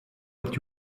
what